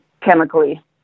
chemically